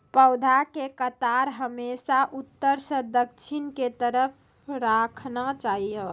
पौधा के कतार हमेशा उत्तर सं दक्षिण के तरफ राखना चाहियो